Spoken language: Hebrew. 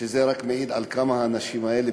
שזה רק מעיד על כמה האנשים האלה,